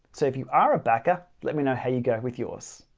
so if you are a backer, let me know how you go with yours.